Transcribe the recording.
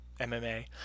MMA